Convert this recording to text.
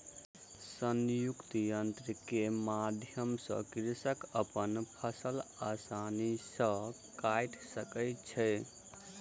संयुक्तक यन्त्र के माध्यम सॅ कृषक अपन फसिल आसानी सॅ काइट सकै छै